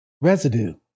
Residue